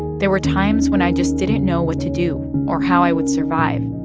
there were times when i just didn't know what to do or how i would survive.